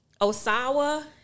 Osawa